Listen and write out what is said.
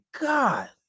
god